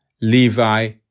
Levi